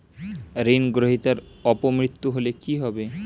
ঋণ গ্রহীতার অপ মৃত্যু হলে কি হবে?